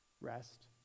rest